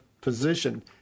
position